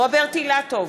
רוברט אילטוב,